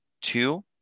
two